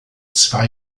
zwei